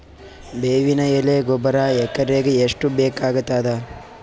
ಬೇವಿನ ಎಲೆ ಗೊಬರಾ ಎಕರೆಗ್ ಎಷ್ಟು ಬೇಕಗತಾದ?